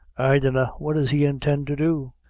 i dunna what does he intend to do?